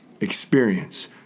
experience